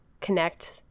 connect